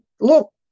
look